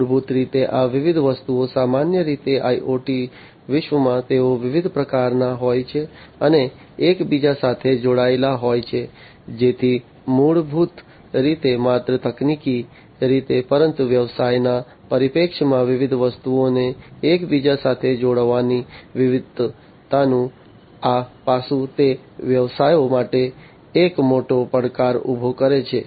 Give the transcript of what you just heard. મૂળભૂત રીતે આ વિવિધ વસ્તુઓ સામાન્ય રીતે IoT વિશ્વમાં તેઓ વિવિધ પ્રકારના હોય છે અને એકબીજા સાથે જોડાયેલા હોય છે જેથી મૂળભૂત રીતે માત્ર તકનીકી રીતે પરંતુ વ્યવસાયના પરિપ્રેક્ષ્યમાં વિવિધ વસ્તુઓને એકબીજા સાથે જોડવાની વિવિધતાનું આ પાસું તે વ્યવસાયો માટે એક મોટો પડકાર ઉભો કરે છે